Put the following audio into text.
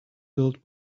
built